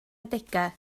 adegau